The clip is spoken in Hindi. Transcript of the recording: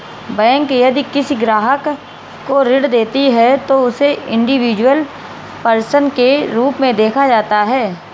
बैंक यदि किसी ग्राहक को ऋण देती है तो उसे इंडिविजुअल पर्सन के रूप में देखा जाता है